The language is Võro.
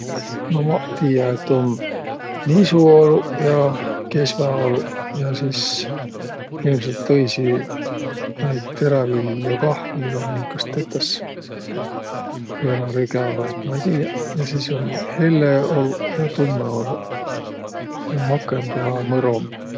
No maq tiiä, et um nisuoluq ja kesväoluq ja sis ilmselt tõisi naid teräviljo kah um, minkast tetäs, või-ollaq rügä vai ma ei tiiäq. Ja sis um helle oluq ja tummõ oluq, ja makõmb ja mõromb